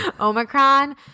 Omicron